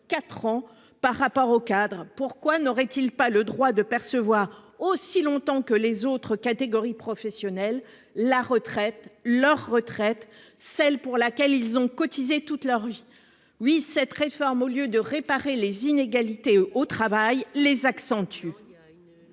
6,4 ans par rapport aux cadres ? Pourquoi n'auraient-ils pas le droit de percevoir, aussi longtemps que les autres catégories professionnelles, leur retraite, celle pour laquelle ils ont cotisé toute leur vie ? Loin de réparer les inégalités au travail, cette